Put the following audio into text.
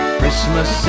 Christmas